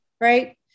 right